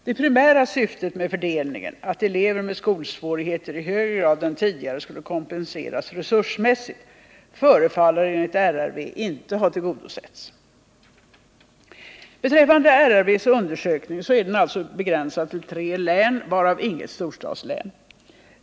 Det primära syftet med fördelningen — att elever med skolsvårigheter i högre grad än tidigare skulle kompenseras resursmässigt — förefaller enligt RRV inte ha tillgodosetts. Beträffande RRV:s undersökning är den begränsad till tre län, varav inget storstadslän.